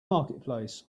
marketplace